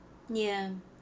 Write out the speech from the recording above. ya